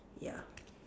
ya